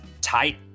tight